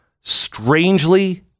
strangely